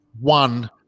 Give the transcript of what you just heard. one